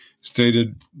stated